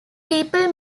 people